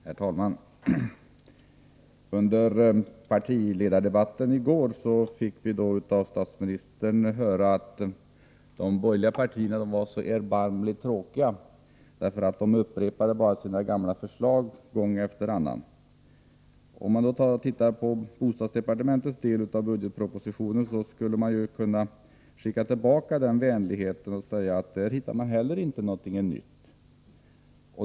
Herr talman! Under partiledardebatten i går fick vi av statsministern höra att de borgerliga partierna var så erbårmligt tråkiga, för de upprepade bara sina gamla förslag gång efter annan. Om man tittar på bostadsdepartementets del av budgetpropositionen, skulle man kunna skicka tillbaka den vänligheten och säga att där hittar man heller inte någonting nytt.